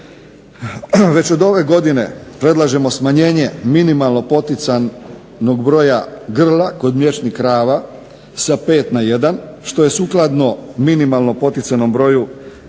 već od ove godine predlažemo smanjenje minimalno poticanog broja grla kod mliječnih krava sa 5 na 1 što je sukladno minimalno poticanom broju isto